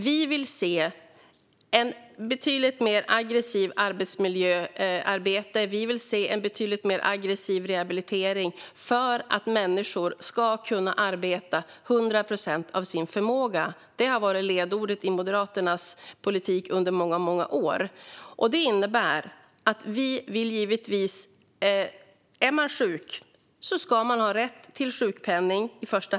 Vi vill se ett betydligt mer aggressivt arbetsmiljöarbete. Vi vill se en betydligt mer aggressiv rehabilitering för att människor ska kunna arbeta 100 procent av sin förmåga. Det har varit ledorden i Moderaternas politik under många år. Är man sjuk ska man i första hand ha rätt till sjukpenning.